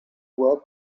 were